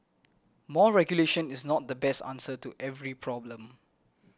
more regulation is not the best answer to every problem